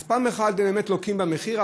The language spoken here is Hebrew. אז הם באמת לוקים במחיר,